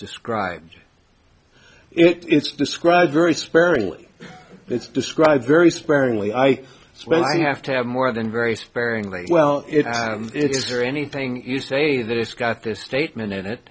described it's described very sparingly it's described very sparingly i when i have to have more than very sparingly well it is there anything you say that it's got this statement and it